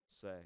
say